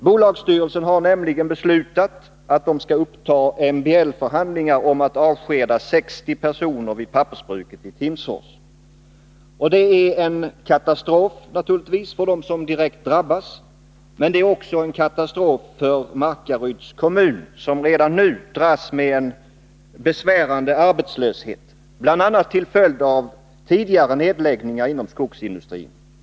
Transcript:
Bolagsstyrelsen har nämligen beslutat att uppta MBL-förhandlingar om att avskeda 60 personer vid pappersbruket i Timsfors. Det är naturligtvis en katastrof för dem som direkt drabbas, men det är också en katastrof för Markaryds kommun, som redan nu dras med en besvärande arbetslöshet, bl.a. till följd av tidigare nedläggningar inom skogsindustrin.